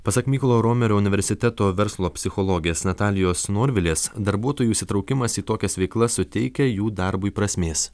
pasak mykolo romerio universiteto verslo psichologės natalijos norvilės darbuotojų įsitraukimas į tokias veiklas suteikia jų darbui prasmės